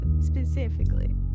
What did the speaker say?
specifically